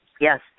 Yes